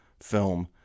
film